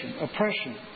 oppression